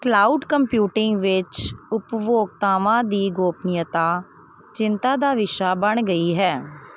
cloud computing ਵਿੱਚ ਉਪਭੋਗਤਾਵਾਂ ਦੀ ਗੋਪਨੀਯਤਾ ਚਿੰਤਾ ਦਾ ਵਿਸ਼ਾ ਬਣ ਗਈ ਹੈ